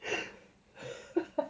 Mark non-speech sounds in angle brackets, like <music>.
<laughs>